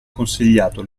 consigliato